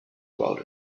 about